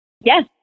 Yes